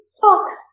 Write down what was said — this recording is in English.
Fox